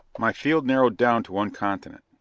my field narrowed down to one continent,